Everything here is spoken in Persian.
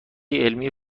علمی